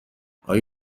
اقای